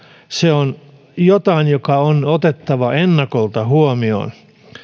se on jotain mikä on otettava ennakolta huomioon